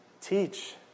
Teach